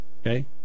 Okay